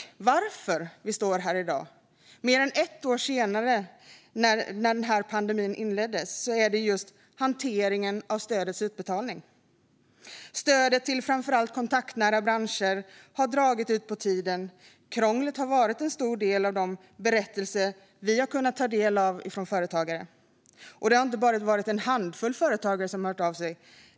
Anledningen till att vi har denna debatt i dag, mer än ett år efter att pandemin inleddes, är just hanteringen av stödets utbetalning. Stödet till framför allt kontaktnära branscher har dragit ut på tiden. Krånglet har varit en stor del av de berättelser vi kunnat ta del av från företagare. Och det har inte bara varit en handfull företagare som har hört av sig.